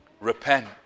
repent